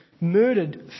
murdered